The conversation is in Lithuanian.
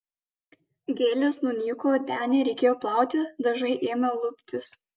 gėlės nunyko denį reikėjo plauti dažai ėmė luptis